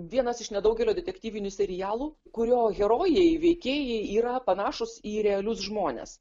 vienas iš nedaugelio detektyvinių serialų kurio herojai veikėjai yra panašūs į realius žmones